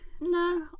No